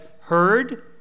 heard